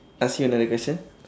ask you another question